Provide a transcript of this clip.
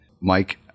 Mike